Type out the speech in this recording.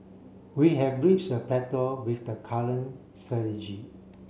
we have reached a plateau with the current strategy